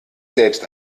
selbst